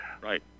Right